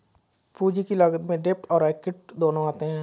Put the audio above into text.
पूंजी की लागत में डेब्ट और एक्विट दोनों आते हैं